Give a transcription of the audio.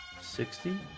sixty